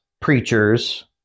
preachers